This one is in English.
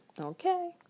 Okay